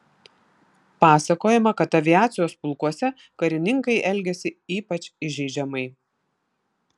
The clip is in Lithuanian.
pasakojama kad aviacijos pulkuose karininkai elgėsi ypač įžeidžiamai